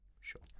Sure